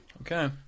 Okay